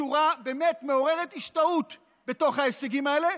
בצורה מעוררת השתאות בתוך ההישגים האלה,